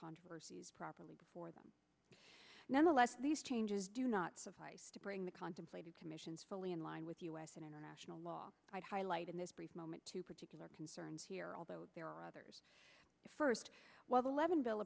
controversies properly for them nonetheless these changes do not suffice to bring the contemplated commissions fully in line with u s and international law i highlight in this brief moment two particular concerns here although there are others first while the eleven bill